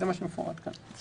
זה מה שמפורט כאן.